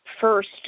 first